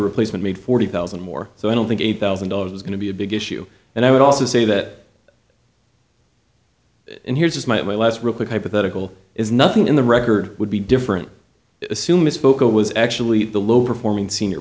replacement made forty thousand more so i don't think eight thousand dollars is going to be a big issue and i would also say that and here's my last real quick hypothetical is nothing in the record would be different assuming spoken was actually the low performing senior